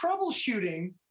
troubleshooting